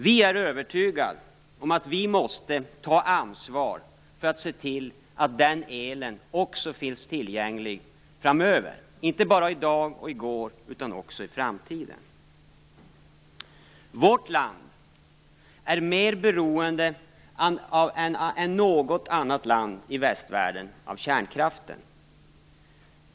Vi är övertygade om att vi måste ta ansvar för att se till att den elen finns tillgänglig också framöver. På samma sätt som i dag och i går skall den finnas också i framtiden. Vårt land är mer beroende än något annat land i västvärlden av kärnkraften.